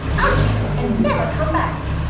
out you go and never come back.